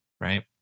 right